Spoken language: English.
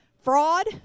fraud